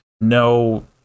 no